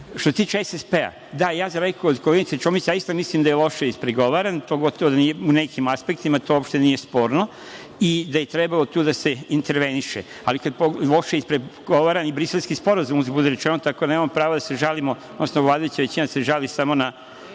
se tiče SSP, da, ja za razliku od koleginice Čomić zaista mislim da je loše ispregovaran, pogotovo u nekim aspektima, to uopšte nije sporno i da je trebalo tu da se interveniše. Ali, kada pogledamo loše je ispregovaran i Briselski sporazum, uzgred budi rečeno, tako da nemamo pravo da se žalimo, odnosno vladajuća većina da se žali samo na